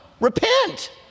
repent